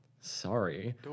Sorry